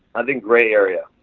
i think gray area.